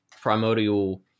Primordial